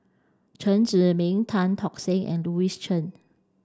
Chen Zhiming Tan Tock Seng and Louis Chen